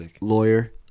lawyer